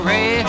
Ray